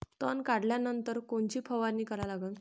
तन काढल्यानंतर कोनची फवारणी करा लागन?